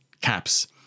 caps